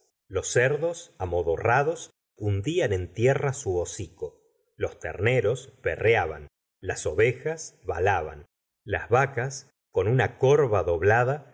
los cerdos amodorrados hundían en tierra su hocico los terneros berreaban las ovejas balaban las vacas con una corva doblada